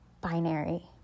binary